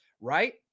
right